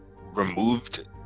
removed